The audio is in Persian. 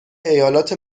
ایالات